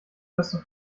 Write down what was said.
beste